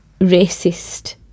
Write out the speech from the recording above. racist